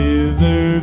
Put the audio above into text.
River